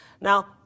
now